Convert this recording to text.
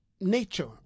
nature